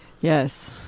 Yes